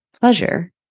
pleasure